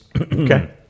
Okay